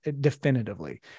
definitively